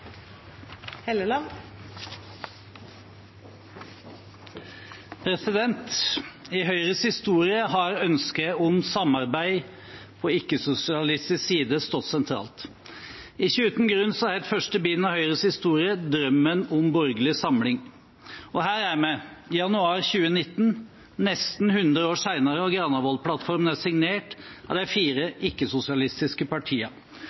omme. I Høyres historie har ønsket om samarbeid på ikke-sosialistisk side stått sentralt. Ikke uten grunn het første bind av Høyres historie «Drømmen om borgerlig samling». Og her er vi, januar 2019, nesten hundre år senere, og Granavolden-plattformen er signert av